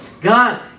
God